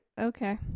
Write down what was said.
Okay